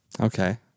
Okay